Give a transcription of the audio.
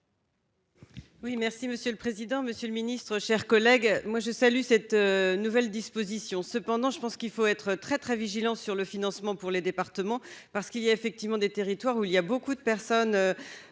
Oui, merci Monsieur le président, Monsieur le Ministre, chers collègues, moi je salue cette nouvelle disposition, cependant je pense qu'il faut être très très vigilant sur le financement pour les départements parce qu'il y a effectivement des territoires où il y a beaucoup de personnes